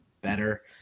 better